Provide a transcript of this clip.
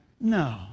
No